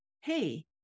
hey